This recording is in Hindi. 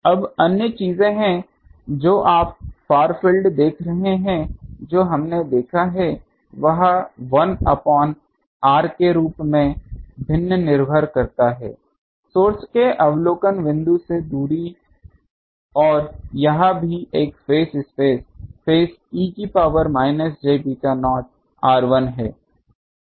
अब अन्य चीजें हैं जो आप फार फील्ड देख रहे हैं जो हमने देखा है वह 1r के रूप में भिन्न निर्भर करता है सोर्स से अवलोकन बिंदु से दूरी और यह भी एक फेज स्पेस फेज e की power minus j beta nought r1 हैं